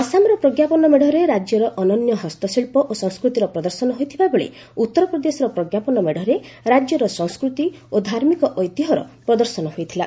ଆସାମର ପ୍ରଞ୍ଜପନ ମେଢ଼ରେ ରାଜ୍ୟର ଅନନ୍ୟ ହସ୍ତଶିଳ୍ପ ଓ ସଂସ୍କୃତିର ପ୍ରଦର୍ଶନ ହୋଇଥିବାବେଳେ ଉତ୍ତର ପ୍ରଦେଶର ପ୍ରଜ୍ଞାପନ ମେଢ଼ରେ ରାଜ୍ୟର ସଂସ୍କୃତି ଓ ଧାର୍ମିକ ଐତିହ୍ୟର ପ୍ରଦର୍ଶନ ହୋଇଥିଲା